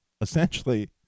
essentially